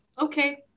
Okay